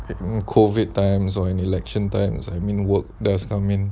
uh COVID times or an election times I mean work does come in